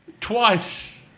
twice